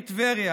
העיר טבריה,